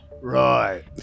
right